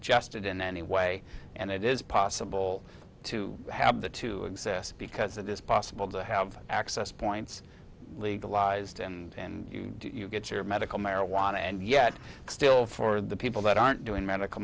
just in any way and it is possible to have the two exist because it is possible to have access points legalized and you get your medical marijuana and yet still for the people that aren't doing medical